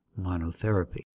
monotherapy